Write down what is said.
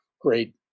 great